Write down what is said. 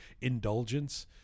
indulgence